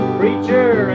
preacher